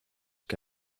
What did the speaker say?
que